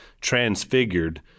transfigured